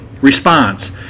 Response